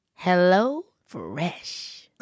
HelloFresh